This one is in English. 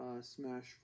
Smash